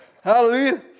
Hallelujah